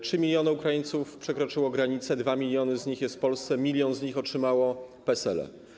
3 mln Ukraińców przekroczyło granicę, 2 mln z nich jest w Polsce, 1 mln z nich otrzymało PESEL.